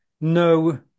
No